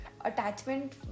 attachment